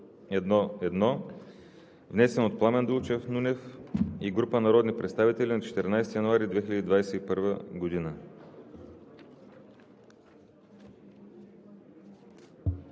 154-01-1, внесен от Пламен Дулчев Нунев и група народни представители на 14 януари 2021 г.“